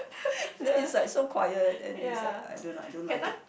then it's like so quiet then it's like I do not I don't like it